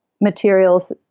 materials